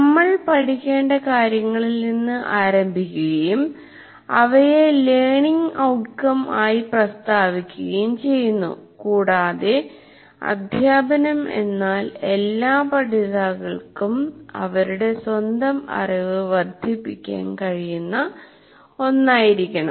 നമ്മൾ പഠിക്കേണ്ട കാര്യങ്ങളിൽ നിന്ന് ആരംഭിക്കുകയും അവയെ ലേർണിംഗ് ഔട്ട് കം ആയി പ്രസ്താവിക്കുകയും ചെയ്യുന്നു കൂടാതെ അധ്യാപനം എന്നാൽ എല്ലാ പഠിതാക്കൾക്കും അവരുടെ സ്വന്തം അറിവ് വർധിപ്പിക്കാൻ കഴിയുന്ന ഒന്നായിരിക്കണം